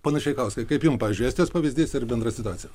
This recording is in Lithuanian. pone šveikauskai kaip jum pavyzdžiui estijos pavyzdys ir bendra situacija